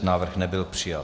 Návrh nebyl přijat.